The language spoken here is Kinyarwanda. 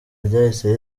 ryahise